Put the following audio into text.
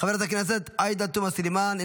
חברת הכנסת עאידה תומא סלימאן,